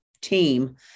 team